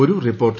ഒരു റിപ്പോർട്ട്